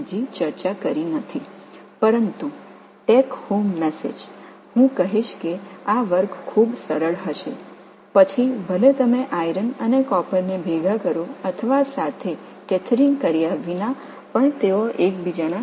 ஆனால் நீங்கள் எடுத்துக்கொள்ள வேண்டிய செய்தி இந்த வகுப்பு மிகவும் எளிமையாக இருக்கும் நீங்கள் இரும்பு மற்றும் காப்பரை ஒன்றாக கலந்தால் அவைகள் இணைந்து இருக்கின்றன